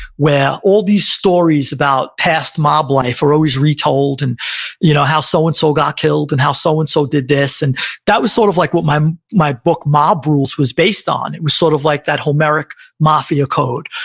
where all these stories about past mob life are always retold, and you know how so-and-so so and so got killed and how so-and-so so and so did this. and that was sort of like what my my book mob rules was based on. it was sort of like that homeric mafia code,